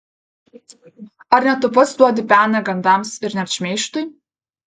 ar ne tu pats duodi peną gandams ir net šmeižtui